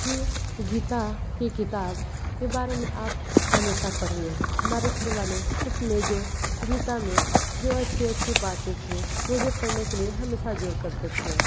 कि गीता की किताब के बारे में आप हमेशा पढ़िए हमारे घर वाले उसमें जो गीता में जो अच्छी अच्छी बातें थी मुझे पढ़ने के लिए हमेशा जोर करते थे